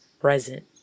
present